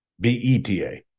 B-E-T-A